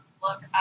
look